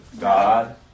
God